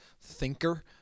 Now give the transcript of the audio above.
thinker